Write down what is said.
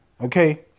Okay